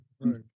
right